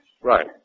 right